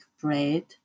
bread